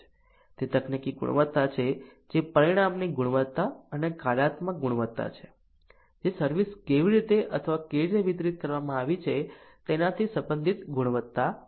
તે તકનીકી ગુણવત્તા છે જે પરિણામની ગુણવત્તા અને કાર્યાત્મક ગુણવત્તા છે જે સર્વિસ કેવી રીતે અથવા કેવી રીતે વિતરિત કરવામાં આવી છે તેનાથી સંબંધિત ગુણવત્તા છે